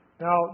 Now